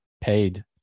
paid